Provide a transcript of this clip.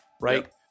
right